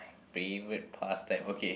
favorite pastime okay